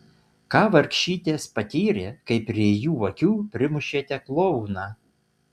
ką vargšytės patyrė kai prie jų akių primušėte klouną